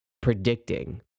predicting